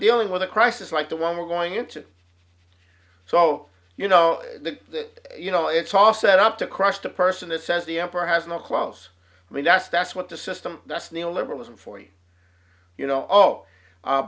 dealing with a crisis like the one we're going into so you know that you know it's all set up to crush the person that says the emperor has no clothes i mean that's that's what the system that's neoliberalism for you you know oh